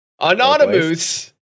Anonymous